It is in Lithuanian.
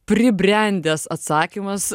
pribrendęs atsakymas